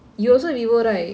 who is your group